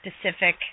specific